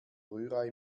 rührei